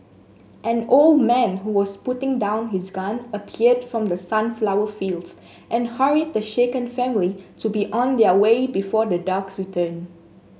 an old man who was putting down his gun appeared from the sunflower fields and hurried the shaken family to be on their way before the dogs return